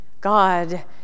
God